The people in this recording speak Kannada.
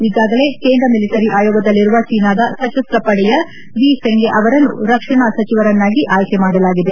ಈಗಾಗಲೇ ಕೇಂದ್ರ ಮಿಲಿಟರಿ ಆಯೋಗದಲ್ಲಿರುವ ಚೀನಾದ ಸಶಸ್ತ ಪಡೆಯ ವ್ರಿಫೆಂಗೆ ಅವರನ್ನು ರಕ್ಷಣಾ ಸಚಿವರನ್ನಾಗಿ ಆಯ್ಲೆ ಮಾಡಲಾಗಿದೆ